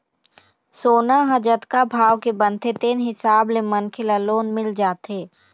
सोना ह जतका भाव के बनथे तेन हिसाब ले मनखे ल लोन मिल जाथे